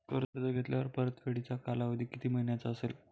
कर्ज घेतल्यावर परतफेडीचा कालावधी किती महिन्यांचा असेल?